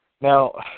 Now